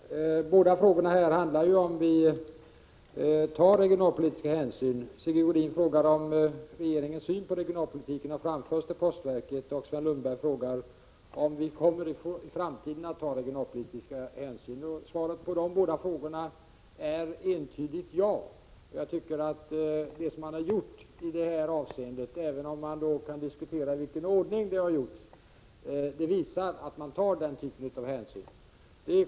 Herr talman! Båda frågorna handlar om huruvida regeringen tar regionalpolitiska hänsyn. Sigge Godin frågade om regeringens syn på regionalpolitiken har framförts till postverket, och Sven Lundberg frågade om regeringen i framtiden kommer att ta regionalpolitiska hänsyn. Svaret på de båda frågorna är entydigt ja. Vad som har gjorts i detta avseende — även om man kan diskutera i vilken ordning det har gjorts — visar att regeringen tar sådan hänsyn.